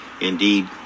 indeed